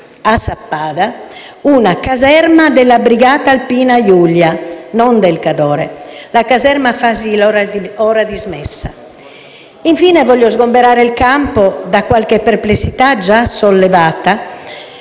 a Sappada una caserma della Brigata Alpina Julia (non del Cadore): la caserma Fasil, ora dismessa. Infine, voglio sgombrare il campo da qualche perplessità già sollevata